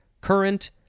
current